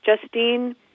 Justine